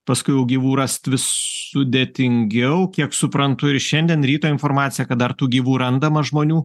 paskui jau gyvų rast sudėtingiau kiek suprantu ir šiandien ryto informacija kad dar tų gyvų randama žmonių